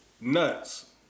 nuts